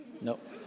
Nope